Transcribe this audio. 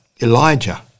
Elijah